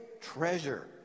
treasure